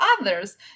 others